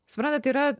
suprantat yra